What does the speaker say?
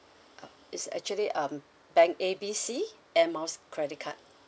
uh it's actually um bank A B C air miles credit card